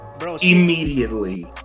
immediately